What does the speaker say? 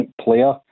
player